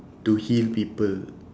to heal people